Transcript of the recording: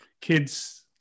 kids